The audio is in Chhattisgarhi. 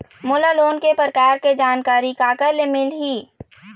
मोला लोन के प्रकार के जानकारी काकर ले मिल ही?